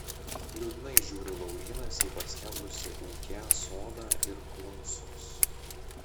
liūdnai žiūri laurynas į paskendusį ūke sodą ir klausos